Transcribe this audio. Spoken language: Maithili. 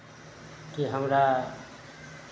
कि हमरा